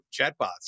chatbots